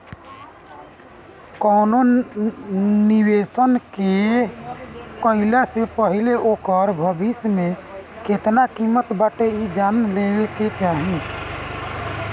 कवनो भी निवेश के कईला से पहिले ओकर भविष्य में केतना किमत बाटे इ जान लेवे के चाही